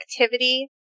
activity